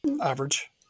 average